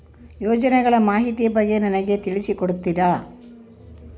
ಯೋಜನೆಗಳ ಮಾಹಿತಿ ಬಗ್ಗೆ ನನಗೆ ತಿಳಿಸಿ ಕೊಡ್ತೇರಾ?